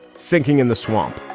sinking in the swamp